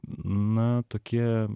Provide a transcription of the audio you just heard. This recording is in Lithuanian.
na tokie